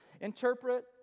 interpret